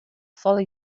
follow